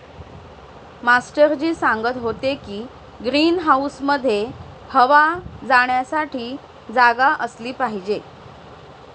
master ji सांगत होते की ग्रीन हाऊसमध्ये हवा जाण्यासाठी जागा असली पाहिजे